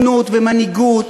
אני מוכן לנסח את הצעת החוק.